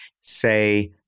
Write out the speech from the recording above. say